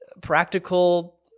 practical